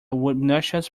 obnoxious